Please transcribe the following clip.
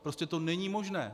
Prostě to není možné.